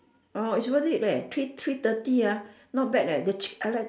orh it's worth it leh three three thirty ah not bad eh the chick I like